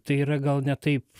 tai yra gal ne taip